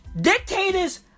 Dictators